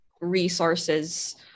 resources